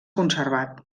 conservat